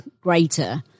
greater